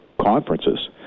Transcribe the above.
conferences